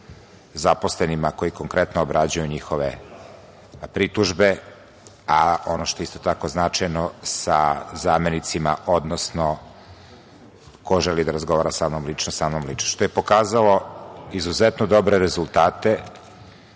zaposlenima koji konkretno obrađuju njihove pritužbe, a ono što je isto tako značajno sa zamenicima, odnosno ko želi da razgovara sa mnom lično, što je pokazalo izuzetno dobre rezultate